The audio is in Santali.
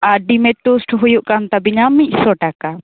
ᱟᱨ ᱰᱤᱢᱮᱨ ᱴᱳᱥᱴ ᱦᱩᱭᱩᱜ ᱠᱟᱱ ᱛᱟᱵᱤᱱᱟ ᱢᱤᱫᱥᱚ ᱴᱟᱠᱟ